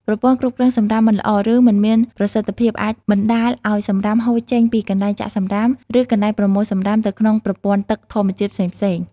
ប្រព័ន្ធគ្រប់គ្រងសំរាមមិនល្អ ឬមិនមានប្រសិទ្ធភាពអាចបណ្តាលឱ្យសំរាមហូរចេញពីកន្លែងចាក់សំរាម ឬកន្លែងប្រមូលសំរាមទៅក្នុងប្រព័ន្ធទឹកធម្មជាតិផ្សេងៗ។